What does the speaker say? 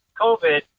COVID